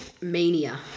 mania